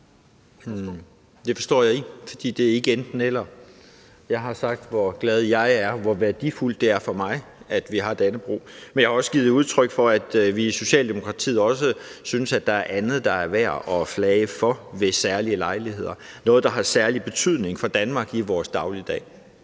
det forstår jeg ikke, for det er ikke enten-eller. Jeg har sagt, hvor glad jeg er for, hvor værdifuldt det er for mig, at vi har Dannebrog, men jeg har også givet udtryk for, at vi i Socialdemokratiet også synes, at der er andet, der er værd at flage for ved særlige lejligheder, noget, der har særlig betydning for Danmark i vores dagligdag.